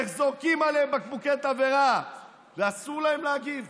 איך זורקים עליהם בקבוקי תבערה ואסור להם להגיב,